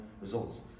results